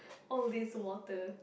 all these water